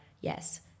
yes